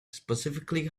specifically